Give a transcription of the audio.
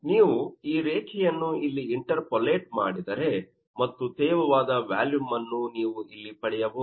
ನೀವು ಈ ರೇಖೆಯನ್ನು ಇಲ್ಲಿ ಇಂಟರ್ಪೋಲೇಟ್ ಮಾಡಿದರೆ ಮತ್ತು ತೇವವಾದ ವ್ಯಾಲುಮ್ ಅನ್ನು ನೀವು ಇಲ್ಲಿ ಪಡೆಯಬಹುದು